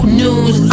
news